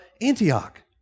Antioch